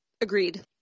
Agreed